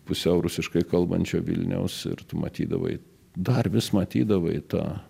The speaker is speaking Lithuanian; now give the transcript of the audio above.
pusiau rusiškai kalbančio vilniaus ir tu matydavai dar vis matydavai tą